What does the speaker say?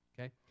Okay